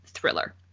Thriller